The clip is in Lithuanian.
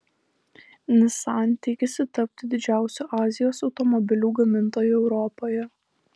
nissan tikisi tapti didžiausiu azijos automobilių gamintoju europoje